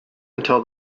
until